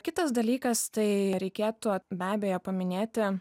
kitas dalykas tai reikėtų be abejo paminėti